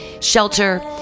shelter